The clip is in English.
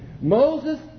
Moses